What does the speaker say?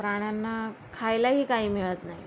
प्राण्यांना खायलाही काही मिळत नाही